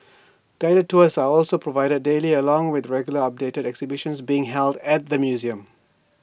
guided tours are also provided daily along with regularly updated exhibitions being held at the museum